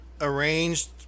arranged